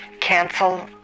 Cancel